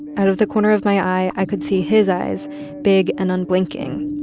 out of the corner of my eye, i could see his eyes big and unblinking.